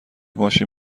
ماشین